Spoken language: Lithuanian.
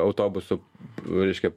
autobusų reiškia